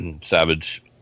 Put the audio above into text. Savage